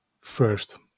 first